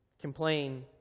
complain